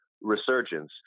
resurgence